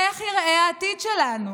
איך ייראה העתיד שלנו?